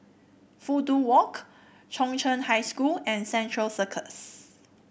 Fudu Walk Chung Cheng High School and Central Circus